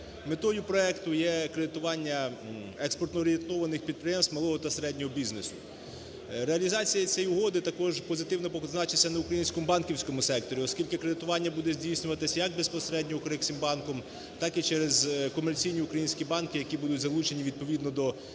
Метою проекту є кредитування експортоорієнтованих підприємств малого та середнього бізнесу. Реалізація цієї угоди також позитивно позначиться на українському банківському секторі, оскільки кредитування буде здійснюватися як безпосередньо "Укрексімбанком", так і через комерційні українські банки, які будуть залучені відповідно до критеріїв,